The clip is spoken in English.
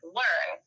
learn